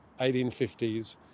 1850s